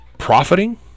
profiting